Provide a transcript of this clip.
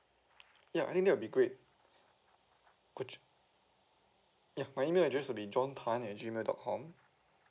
ya I think that would be great could you ya my email address is john tan at G mail dot com